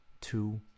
two